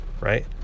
right